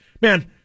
man